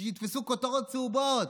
שיתפסו כותרות צהובות.